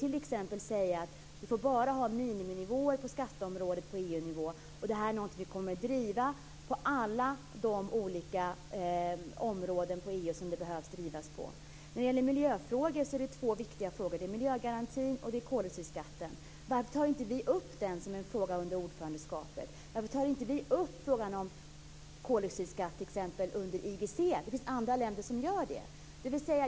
Varför säger de inte t.ex. att det bara får vara minimiregler på skatteområdet på EU-nivå och att man kommer att driva den frågan inom alla olika EU-områden som man behöver driva den inom? När det gäller miljön är det två viktiga frågor. Det är miljögarantin, och det är koldioxidskatten. Varför tar vi inte upp det som en fråga under ordförandeskapet? Varför tar vi inte upp frågan om koldioxidskatt, t.ex., under IGC? Det finns andra länder som gör det.